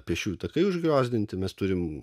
pėsčiųjų takai užgriozdinti mes turim